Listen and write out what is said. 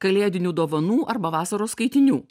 kalėdinių dovanų arba vasaros skaitinių